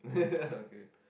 okay